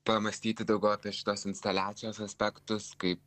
pamąstyti daugiau apie šitos instaliacijos aspektus kaip